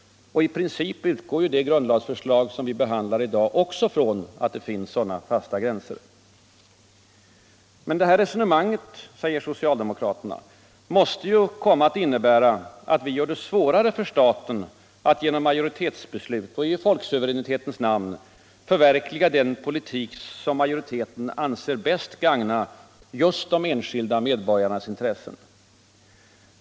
I princip utgår ju det grundlagsförslag som vi behandlar i dag också från att det finns sådana fasta gränser. Men detta resonemang — säger socialdemokraterna — måste ju komma att innebära att vi gör det svårare för staten att genom majoritetsbeslut och i folksuveränitetens namn förverkliga den politik som majoriteten anser bäst gagna just de enskilda medborgarnas intressen.